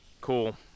cool